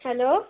hello